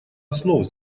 основ